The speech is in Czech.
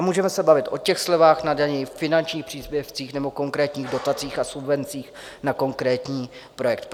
Můžeme se bavit o slevách na dani, finančních příspěvcích nebo konkrétních dotacích a subvencích na konkrétní projekt.